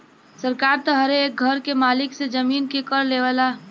सरकार त हरे एक घर के मालिक से जमीन के कर लेवला